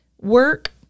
Work